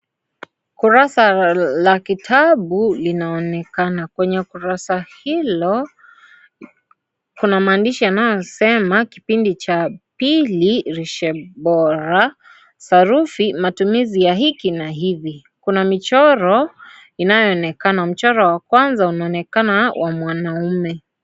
Kurasa la kitabu linaonekana. Kwenye kurasa hilo, kuna maandishi yanayosema, kipindi cha pili lishe bora. Sarufi matumizi ya hiki na hivi. Kuna michoro inayo onekana mchoro wa kwanza unaonekana wa mwanaume.